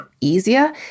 easier